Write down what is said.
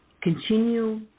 Continue